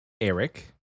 Eric